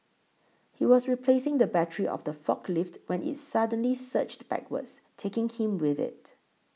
he was replacing the battery of the forklift when it suddenly surged backwards taking him with it